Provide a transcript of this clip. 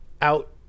out